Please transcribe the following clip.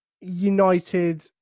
United